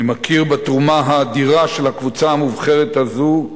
אני מכיר בתרומה האדירה של הקבוצה המובחרת הזאת,